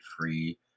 free